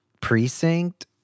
precinct